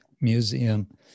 museum